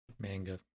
Manga